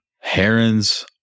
herons